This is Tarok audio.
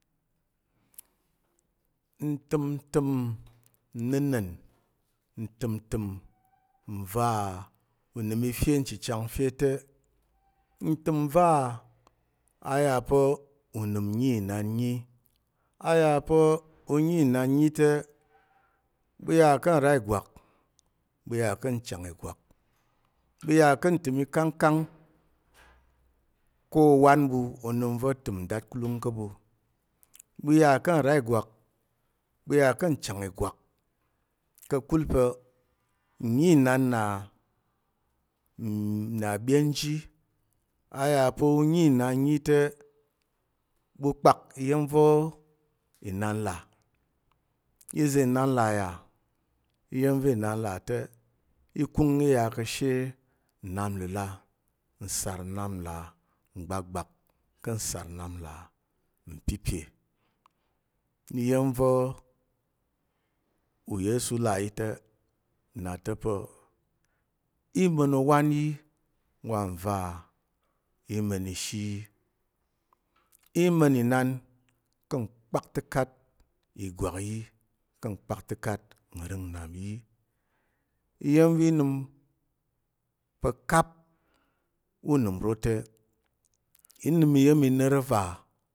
Ntəm ntəm nnəna̱n ntəm ntəm nva unəm i fe nchəchang fe te, ntəm nva a ya pa̱ unəm nyi inan nyi. Aya pa̱ nyi inan nyi te ɓu ya ka̱ nra ìgwak, ɓu yà ka̱ nchang ìgwak, ɓu yà ka̱ ntəm ikangkang ko owan ɓu onəm va̱ təm datkulung ka̱ ɓu, ɓu yà ka̱ nra ìgwak, ɓu yà ka̱ nchang ìgwak, ka̱kul pa̱ nyi inan nna na ɓyen ji. A yà pa̱ u nyi inan nyi te, ɓu kpak iya̱m va̱ inan là. Ize inan là yà, iya̱m va̱ inan là te. i kung i ya ka̱she nnap nləla nsar nnap nlà ngbakgbak ka̱ nsar nnap nlà mpipe iya̱m va̱ uyesu là ta te nna ta̱ pa̱ i ma̱n owan yi wa nva i ma̱n ishi yi. I ma̱n inan ka̱ nkpata̱kat ìgwak yi, ka̱ nkpakta̱kat nrəng nnap yi, iya̱m va̱ i nəm pa̱ kap ûnəm uro te, i nəm iya̱m i nəm iya̱m i nə ro va